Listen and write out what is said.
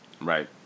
Right